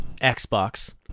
Xbox